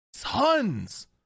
tons